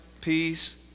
peace